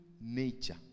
nature